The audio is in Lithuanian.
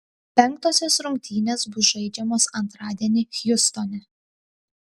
penktosios rungtynės bus žaidžiamos antradienį hjustone